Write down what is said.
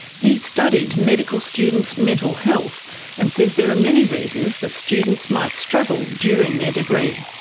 he studied medical students' mental health and says there are many reasons that students might struggle during their degree.